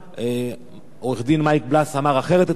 עורך-דין מייק בלס אמר אחרת אתמול בדיון,